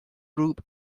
group